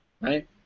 right